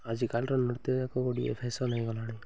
ଆଜିକାଲିର ନୃତ୍ୟ ଏକ ଗୁଡ଼ିଏ ଫ୍ୟାସନ୍ ହେଇଗଲାଣି